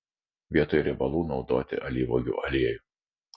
vietoj riebalų naudoti alyvuogių aliejų